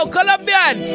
Colombian